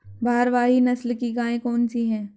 भारवाही नस्ल की गायें कौन सी हैं?